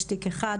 יש תיק אחד,